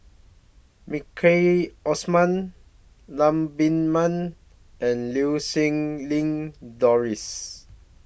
Maliki Osman Lam Pin Min and Lau Siew Lang Doris